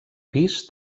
pis